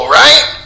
right